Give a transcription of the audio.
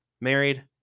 Married